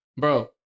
Bro